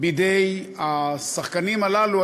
בידי השחקנים הללו,